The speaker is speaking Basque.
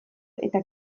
eta